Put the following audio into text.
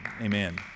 amen